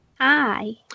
Hi